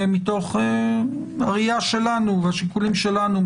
מתוך הראייה שלנו והשיקולים שלנו,